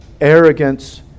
arrogance